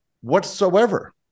whatsoever